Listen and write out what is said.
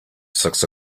six